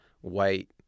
white